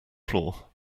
floor